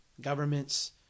governments